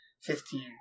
Fifteen